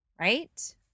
right